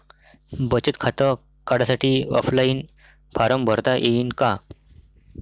बचत खातं काढासाठी ऑफलाईन फारम भरता येईन का?